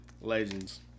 Legends